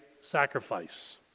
sacrifice